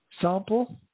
Sample